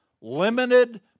limited